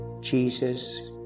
Jesus